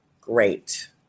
Great